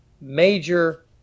major